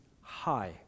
high